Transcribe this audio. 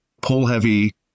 pull-heavy